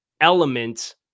element